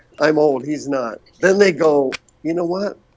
i'm old he's not then they go. you know what?